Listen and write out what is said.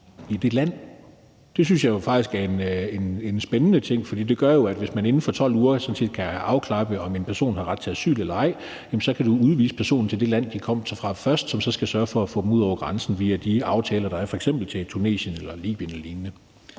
i det land. Det synes jeg faktisk er en spændende ting, for det gør jo, at hvis man inden for 12 uger sådan set kan klappe af, om person har ret til asyl eller ej, så kan man udvise personen til det land, de kom fra først, og det land skal så sørge for at få dem ud over grænsen via de aftaler, der er, f.eks. til Tunesien eller Libyen